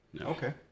Okay